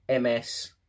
MS